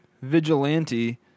vigilante